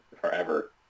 forever